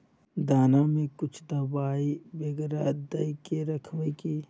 दाना में कुछ दबाई बेगरा दय के राखबे की?